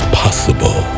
possible